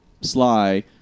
Sly